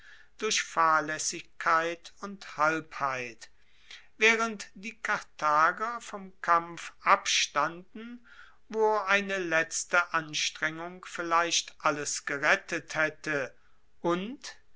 durch fahrlaessigkeit und halbheit waehrend die karthager vom kampf abstanden wo eine letzte anstrengung vielleicht alles gerettet haette und